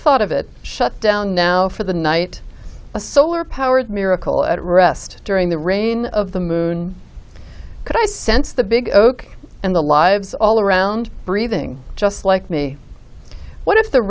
thought of it shut down now for the night a solar powered miracle at rest during the reign of the moon could i sense the big oak and the lives all around breathing just like me what if the